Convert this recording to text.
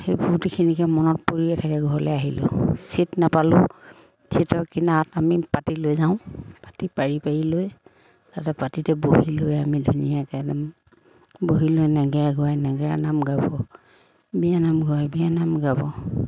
সেই ফূৰ্তিখিনিকে মনত পৰিয়ে থাকে ঘৰলৈ আহিলেও চিট নাপালোঁ চিটৰ কিনাৰত আমি পাতি লৈ যাওঁ পাতি পাৰি পাৰি লৈ তাতে পাতিতে বহি লৈ আমি ধুনীয়াকৈ একদম বহি লৈ নেগেৰা গোৱাই নেগেৰা নাম গাব বিয়ানাম গোৱাই বিয়ানাম গাব